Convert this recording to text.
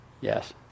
Yes